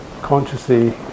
consciously